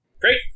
Great